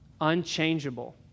unchangeable